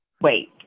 wait